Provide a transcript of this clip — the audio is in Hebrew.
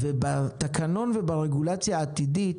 ובתקנון וברגולציה העתידית,